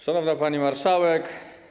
Szanowna Pani Marszałek!